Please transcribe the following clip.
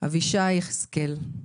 אבישי יחזקאל,